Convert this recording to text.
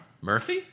Murphy